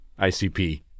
ICP